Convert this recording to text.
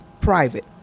private